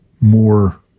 more